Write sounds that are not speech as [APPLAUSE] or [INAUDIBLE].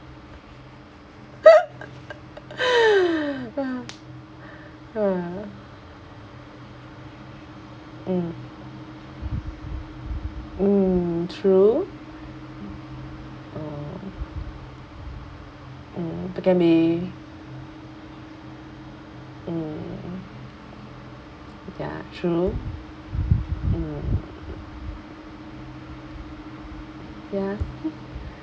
[LAUGHS] mm mm true uh mm but can be mm ya true mm ya